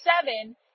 seven